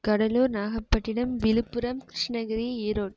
Cuddalore Nagapattinam Villupuram Krishnagiri Erode